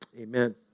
Amen